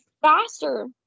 faster